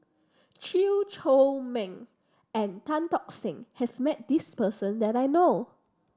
Chew Chor Meng and Tan Tock Seng has met this person that I know of